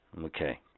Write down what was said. Okay